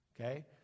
okay